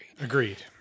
Agreed